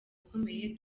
ukomeye